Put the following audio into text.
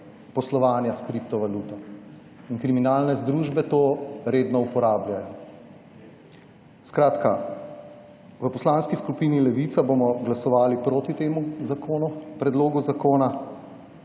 poslovanja s kriptovalutami. In kriminalne združbe to redno uporabljajo. Skratka v Poslanski skupini Levica bomo glasovali proti temu predlogu zakona,